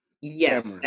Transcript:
Yes